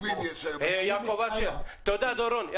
דורון.